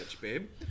babe